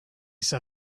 set